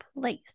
place